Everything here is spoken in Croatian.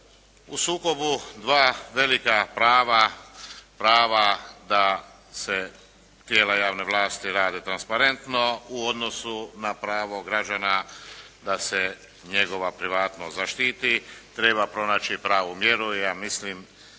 u sukobu dva velika prava da se tijela javne vlasti rade transparentno u odnosu na pravo građana da se njegova privatnost zaštiti treba pronaći pravu mjeru i ja mislim